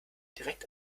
direkt